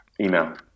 Email